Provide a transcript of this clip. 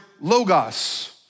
logos